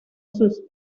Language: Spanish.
sus